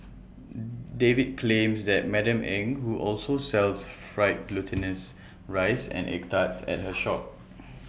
David claims that Madam Eng who also sells fried glutinous rice and egg tarts at her shop